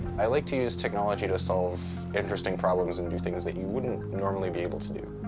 i like to use technology to solve interesting problems and do things that you wouldn't normally be able to do.